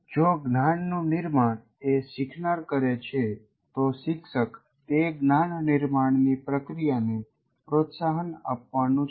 જો જ્ઞાનનું નિર્માણ એ શીખનાર કરે છે તો શિક્ષક તે જ્ઞાન નિર્માણની પ્રક્રિયાને પ્રોત્સાહન આપવાનું છે